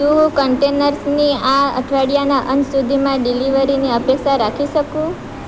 શું હું કન્ટેનર્સની આ અઠવાડીયાના અંત સુધીમાં ડિલિવરીની અપેક્ષા રાખી શકું